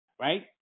Right